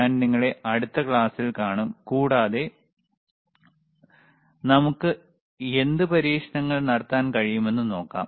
ഞാൻ നിങ്ങളെ അടുത്ത ക്ലാസ്സിൽ കാണും കൂടാതെ നമുക്ക് എന്ത് പരീക്ഷണങ്ങൾ നടത്താൻ കഴിയുമെന്ന് നോക്കാം